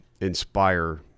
inspire